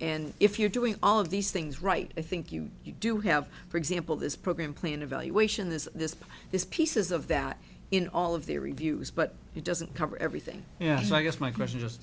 and if you're doing all of these things right i think you do have for example this program play an evaluation this this is pieces of that in all of the reviews but it doesn't cover everything yeah so i guess my question just